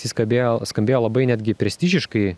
jis kabėjo skambėjo labai netgi prestižiškai